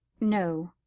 no,